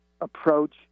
approach